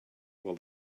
while